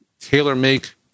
tailor-make